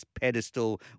pedestal